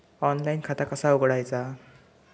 Online खाता कसा उघडायचा?